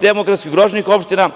demografski ugroženih opština,